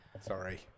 Sorry